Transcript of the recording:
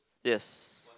yes